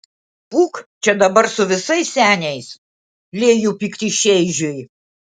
pūk čia dabar su visais seniais lieju pyktį šeižiui